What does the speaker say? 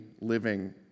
living